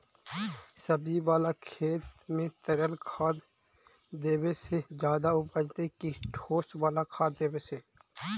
सब्जी बाला खेत में तरल खाद देवे से ज्यादा उपजतै कि ठोस वाला खाद देवे से?